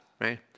right